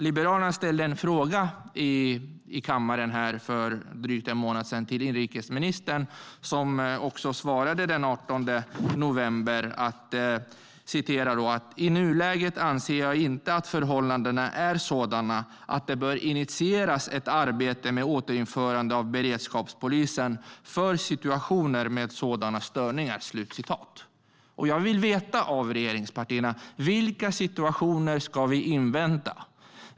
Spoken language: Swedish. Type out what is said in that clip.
Liberalerna ställde för drygt en månad sedan en skriftlig fråga till inrikesministern, som den 18 november svarade: "I nuläget anser jag inte att förhållandena är sådana att det bör initieras ett arbete med ett återinförande av beredskapspolisen för situationer med sådana störningar." Jag vill veta av regeringspartierna: Vilka situationer ska vi invänta?